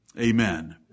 amen